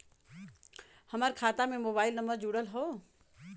हमार खाता में मोबाइल नम्बर जुड़ल हो?